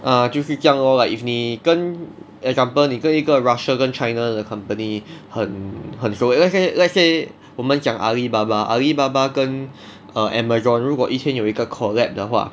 ah 就是这样 lor like if 你跟 example 你跟一个 russia 跟 china 的 company 很很熟 let's say let's say 我们讲 Alibaba Alibaba 跟 err Amazon 如果以前有一个 collaboration 的话